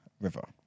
River